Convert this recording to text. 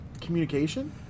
communication